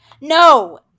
No